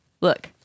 Look